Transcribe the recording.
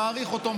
מעריך אותו,